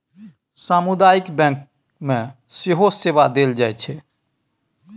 सामुदायिक बैंक मे सेहो सेवा देल जाइत छै